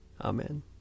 Amen